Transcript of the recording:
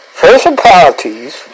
personalities